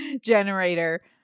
generator